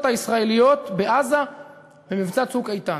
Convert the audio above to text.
הישראליות בעזה במבצע "צוק איתן".